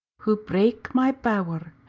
who brake my bower,